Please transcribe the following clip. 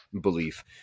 belief